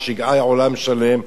ששיגעה עולם שלם,